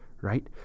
right